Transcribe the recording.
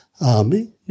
army